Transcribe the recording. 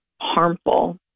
harmful